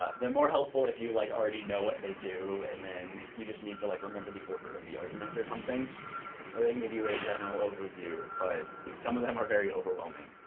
they're more helpful if you like already know what they do and then you just need to like remember the order of the arguments or something. or they can give you a general overview, but some of them are very overwhelming.